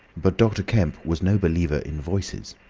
but dr. kemp was no believer in voices.